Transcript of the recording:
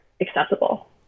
accessible